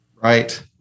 Right